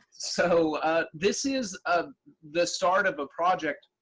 so this is ah the start of a project